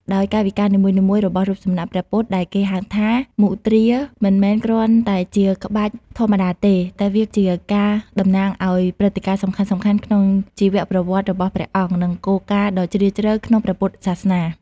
ដោយកាយវិការនីមួយៗរបស់រូបសំណាកព្រះពុទ្ធ ដែលគេហៅថា មុទ្រាមិនមែនគ្រាន់តែជាក្បាច់ធម្មតាទេ តែវាជាការតំណាងឱ្យព្រឹត្តិការណ៍សំខាន់ៗក្នុងជីវប្រវត្តិរបស់ព្រះអង្គ និងគោលការណ៍ដ៏ជ្រាលជ្រៅក្នុងព្រះពុទ្ធសាសនា។